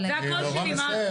אני נורא מצטער.